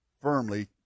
firmly